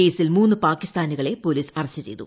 കേസിൽ മൂന്ന് പാകിസ്ഥാനികളെ പ്പോലീസ് അറസ്റ്റ് ചെയ്തു